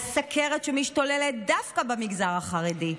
על סוכרת שמשתוללת דווקא במגזר החרדי.